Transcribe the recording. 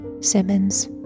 Simmons